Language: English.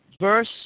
verse